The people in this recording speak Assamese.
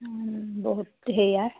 বহুত হেৰিয়াৰ